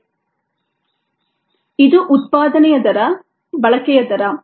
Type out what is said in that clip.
rcES k2 ES V k3 ES V ಇದು ಉತ್ಪಾದನೆಯ ದರ ಬಳಕೆಯ ದರ